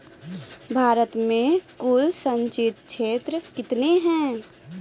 भारत मे कुल संचित क्षेत्र कितने हैं?